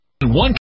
one